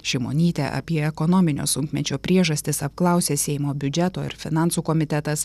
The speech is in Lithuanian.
šimonytę apie ekonominio sunkmečio priežastis apklausė seimo biudžeto ir finansų komitetas